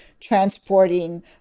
transporting